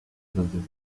francesa